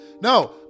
no